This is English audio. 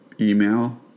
email